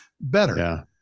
better